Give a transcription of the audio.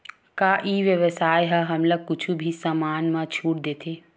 का ई व्यवसाय ह हमला कुछु भी समान मा छुट देथे?